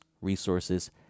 resources